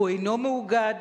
והוא אינו מאוגד,